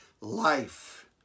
life